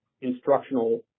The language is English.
instructional